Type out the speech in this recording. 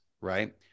right